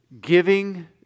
giving